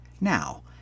Now